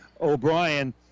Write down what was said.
O'Brien